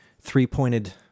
three-pointed